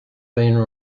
been